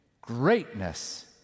Greatness